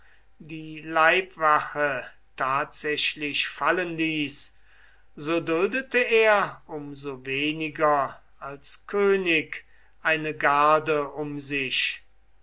die leibwache tatsächlich fallen ließ so duldete er um so weniger als könig eine garde um sich